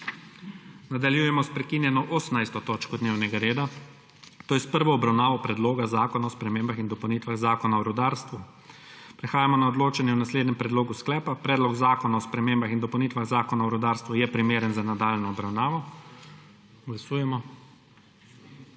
Nadaljujemo s prekinjeno18. točko dnevnega reda, to je s prvo obravnavo Predloga zakona o spremembah in dopolnitvah Zakona o rudarstvu. Prehajamo na odločanje o naslednjem predlogu sklepa: Predlog zakona o spremembah in dopolnitvah Zakona o rudarstvu je primeren za nadaljnjo obravnavo«. Glasujemo.